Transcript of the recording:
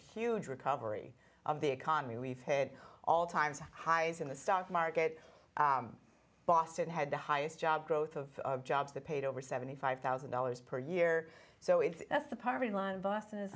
huge recovery of the economy we've had all times high as in the stock market boston had the highest job growth of jobs that paid over seventy five thousand dollars per year so it's the poverty line boston is